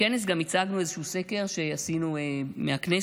בכנס גם הצגנו איזשהו סקר שעשינו מהכנסת,